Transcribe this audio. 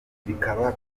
bikaba